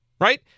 Right